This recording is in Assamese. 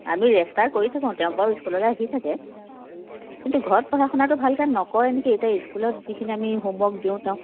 আমি ৰেষ্টাৰ কৰি থাকোঁ স্কুললৈ আহি থাকে কিন্তু ঘৰত পঢ়া শুনাটো ভালকৈ নকৰেনে কি এতিয়া স্কুলত আমি যিখিনি হ'মৱৰ্ক দিওঁ